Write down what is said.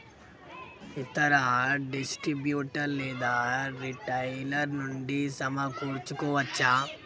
ఇతర డిస్ట్రిబ్యూటర్ లేదా రిటైలర్ నుండి సమకూర్చుకోవచ్చా?